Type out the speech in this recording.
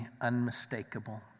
unmistakable